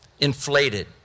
inflated